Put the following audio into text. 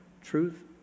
truth